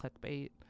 clickbait